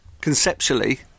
conceptually